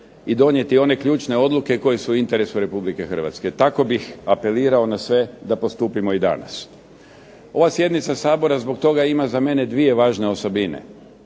i donijeti one ključne odluke koje su u interesu Republike Hrvatske. Tako bih apelirao na sve da postupimo i danas. Ova sjednica Sabora ima za mene dvije važne osobine.